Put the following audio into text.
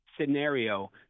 scenario